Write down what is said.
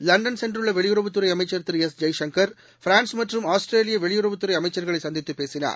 London சென்றுள்ளவெளியுறவுத்துறைஅமைச்சர் திரு S Jaishankar France மற்றம் ஆஸ்திரேலியவெளியுறவுத்துறைஅமைச்சர்களைசந்தித்துப் பேசினார்